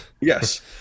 Yes